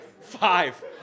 five